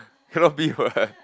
cannot be what